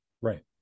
Right